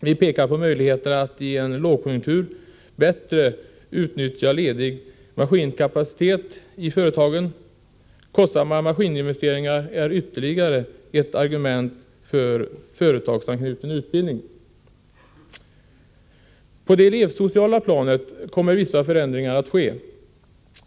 Vi pekar på möjligheterna att i en lågkonjunktur bättre utnyttja ledig maskinkapacitet i företagen. Kostsamma maskininvesteringar är ytterligare ett argument för företagsanknuten utbildning. På det elevsociala planet kommer vissa förändringar att ske.